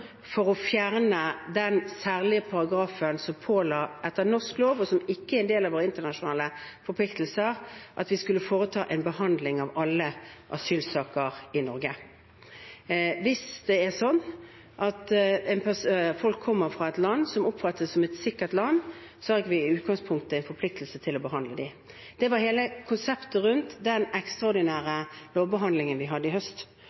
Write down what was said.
for å fjerne den særlige paragrafen som påla, etter norsk lov, og som ikke er en del av våre internasjonale forpliktelser, at vi skulle foreta en behandling av alle asylsaker i Norge. Hvis det er sånn at folk kommer fra et land som oppfattes som et sikkert land, har ikke vi i utgangspunktet en forpliktelse til å behandle de søknadene. Det var hele konseptet rundt den ekstraordinære lovbehandlingen vi hadde i høst,